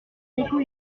l’écho